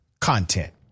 content